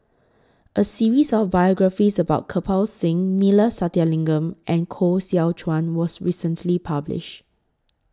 A series of biographies about Kirpal Singh Neila Sathyalingam and Koh Seow Chuan was recently published